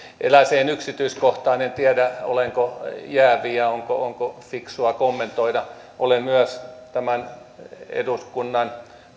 erääseen yksityiskohtaan en tiedä olenko jäävi ja onko onko fiksua kommentoida olen myös jäsen tässä eduskunnan